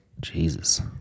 Jesus